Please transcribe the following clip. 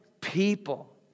people